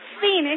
phoenix